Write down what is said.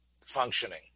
functioning